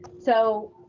so,